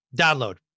download